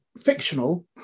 fictional